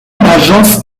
agence